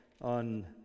on